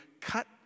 cut